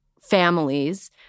families—